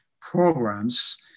programs